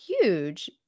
huge